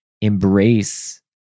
embrace